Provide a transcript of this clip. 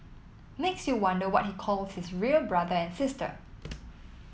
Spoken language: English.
makes you wonder what he calls his real brother and sister